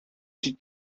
die